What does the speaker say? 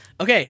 Okay